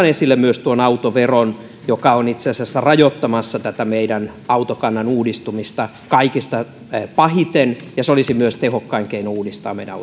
esille myös autoveron joka on itse asiassa rajoittamassa meidän autokannan uudistumista kaikista pahiten ja se olisi myös tehokkain keino uudistaa meidän